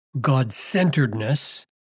God-centeredness